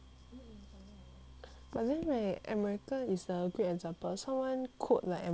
but then like america is a great example someone quote like america because america